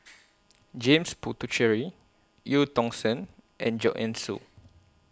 James Puthucheary EU Tong Sen and Joanne Soo